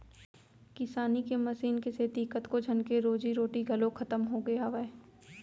किसानी के मसीन के सेती कतको झन के रोजी रोटी घलौ खतम होगे हावय